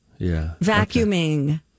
vacuuming